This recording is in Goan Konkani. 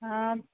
आं